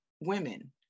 women